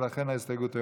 ולכן ההסתייגות יורדת,